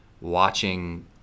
watching